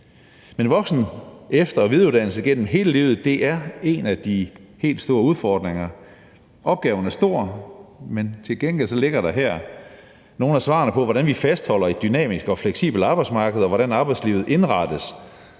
fod. Voksen-, efter- og videreuddannelse gennem hele livet er en af de helt store udfordringer. Opgaven er stor, men til gengæld ligger der her nogle af svarene på, hvordan vi fastholder et dynamisk og fleksibelt arbejdsmarked, og hvordan arbejdslivet indrettes,